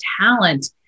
talent